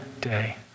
day